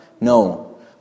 No